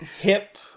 hip